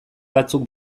batzuk